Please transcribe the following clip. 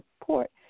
support